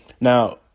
Now